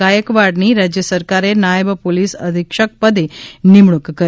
ગાયકવાડની રાજ્ય સરકારે નાયબ પોલીસ અધિક્ષકપદે નિમણૂક કરી